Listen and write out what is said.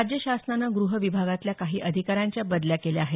राज्य शासनानं गृह विभागातल्या काही अधिकाऱ्यांच्या बदल्या केल्या आहेत